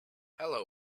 hello